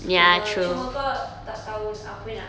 cuma cuma kau tak tahu apa nak